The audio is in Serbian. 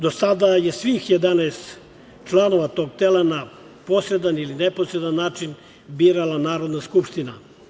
Do sada je svih 11 članova tog tela na posredan ili neposredan način birala Narodna skupština.